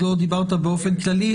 שעדיין לא דיברת באופן כללי.